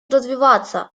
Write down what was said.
развиваться